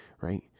right